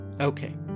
Okay